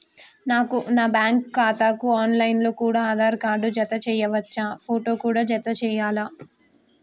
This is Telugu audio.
నా బ్యాంకు ఖాతాకు ఆన్ లైన్ లో కూడా ఆధార్ కార్డు జత చేయవచ్చా ఫోటో కూడా జత చేయాలా?